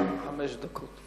המכובד מאוד,